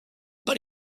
but